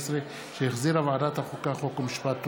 2018, שהחזירה ועדת החוקה, חוק ומשפט.